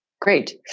great